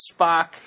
Spock